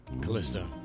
Callista